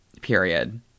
Period